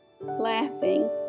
laughing